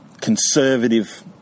conservative